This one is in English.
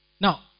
Now